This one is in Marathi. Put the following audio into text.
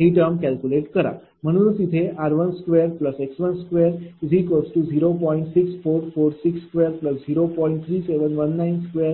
ही टर्म कॅल्क्युलेट करा म्हणूनच येथे r21x210